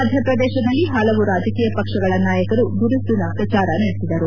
ಮಧ್ಯಪ್ರದೇಶದಲ್ಲಿ ಹಲವು ರಾಜಕೀಯ ಪಕ್ಷಗಳ ನಾಯಕರು ಬಿರುಸಿ ಪ್ರಚಾರ ನಡೆಸಿದರು